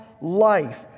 life